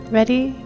ready